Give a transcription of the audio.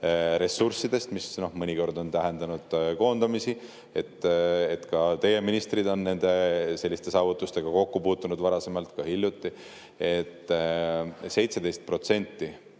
ressurssidest, mis mõnikord on tähendanud koondamisi, ka teie ministrid on selliste saavutustega kokku puutunud varasemalt, ka hiljuti –, 17%